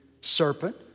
serpent